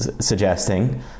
suggesting